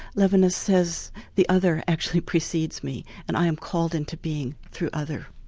levinas says the other actually precedes me, and i am called into being through other.